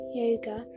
yoga